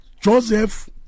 Joseph